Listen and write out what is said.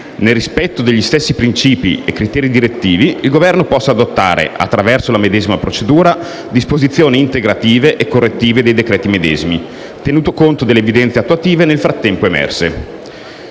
nel rispetto degli stessi principi e criteri direttivi, il Governo possa adottare, attraverso la medesima procedura, disposizioni integrative e correttive dei decreti medesimi, tenuto conto delle evidenze attuative nel frattempo emerse.